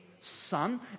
son